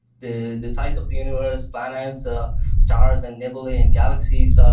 the the size of the universe, planets ah stars, and nebulae and galaxies.